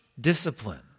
discipline